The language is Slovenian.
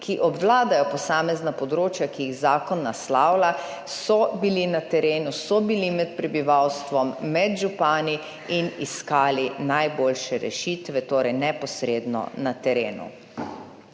ki obvladajo posamezna področja, ki jih zakon naslavlja, so bili na terenu, so bili med prebivalstvom, med župani in iskali najboljše rešitve, torej neposredno na terenu.